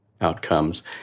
outcomes